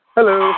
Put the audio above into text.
Hello